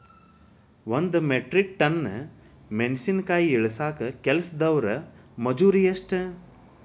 ಒಂದ್ metric ton ಮೆಣಸಿನಕಾಯಿ ಇಳಸಾಕ್ ಕೆಲಸ್ದವರ ಮಜೂರಿ ಎಷ್ಟ?